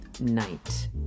Night